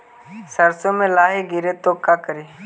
सरसो मे लाहि गिरे तो का करि?